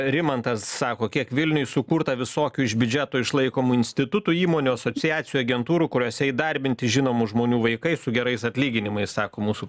rimantas sako kiek vilniuj sukurta visokių iš biudžeto išlaikomų institutų įmonių asociacijų agentūrų kuriose įdarbinti žinomų žmonių vaikai su gerais atlyginimais sako mūsų